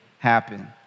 Happen